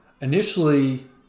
initially